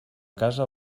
casa